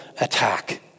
attack